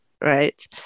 Right